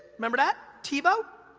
remember that? tivo?